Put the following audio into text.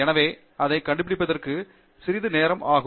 எனவே அதை கண்டுபிடிப்பதற்கு சிறிது நேரம் ஆகும்